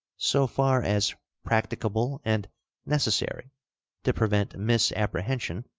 so far as practicable and necessary to prevent misapprehension,